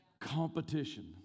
Competition